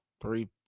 three